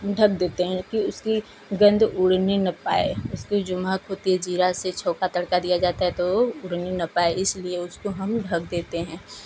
ढक देते हैं कि उसकी गंध उड़ने न पाए उसकी जो महक होती है जीरा से छौंका तड़का दिया जाता है तो उड़ने न पाए इसलिए उसको हम ढक देते हैं